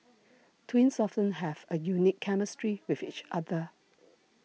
twins often have a unique chemistry with each other